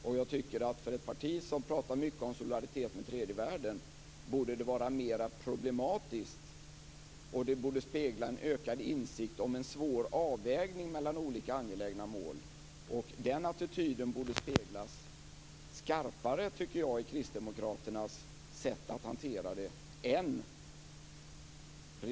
Och jag tycker att det här borde vara mer problematiskt för ett parti som pratar mycket om solidaritet med tredje världen. Det här borde spegla en ökad insikt om en svår avvägning mellan olika angelägna mål, och den attityden borde speglas skarpare i Kristdemokraternas sätt att hantera det här.